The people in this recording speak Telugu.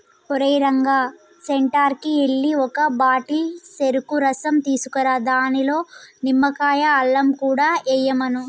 ఓరేయ్ రంగా సెంటర్కి ఎల్లి ఒక బాటిల్ సెరుకు రసం తీసుకురా దానిలో నిమ్మకాయ, అల్లం కూడా ఎయ్యమను